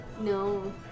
No